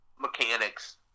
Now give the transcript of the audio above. Mechanics